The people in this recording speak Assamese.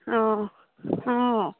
অঁ অঁ